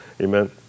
Amen